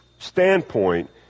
standpoint